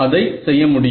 அதை செய்ய முடியும்